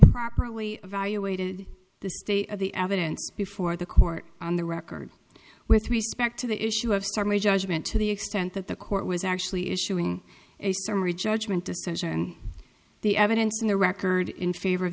properly evaluated the state of the evidence before the court on the record with respect to the issue of starting a judgment to the extent that the court was actually issuing a summary judgment decision the evidence in the record in favor of